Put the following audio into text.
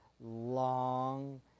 long